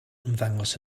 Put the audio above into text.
ymddangos